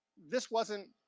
this wasn't